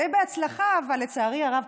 אבל לצערי הרב,